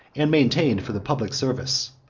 and maintained, for the public service.